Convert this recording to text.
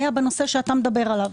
היה בנושא שאתה מדבר עליו.